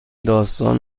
داستان